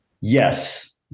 Yes